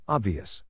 Obvious